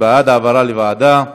בעד, העברה לוועדה.